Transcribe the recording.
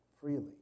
freely